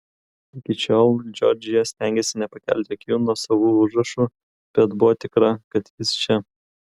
iki šiol džordžija stengėsi nepakelti akių nuo savo užrašų bet buvo tikra kad jis čia